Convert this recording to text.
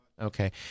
okay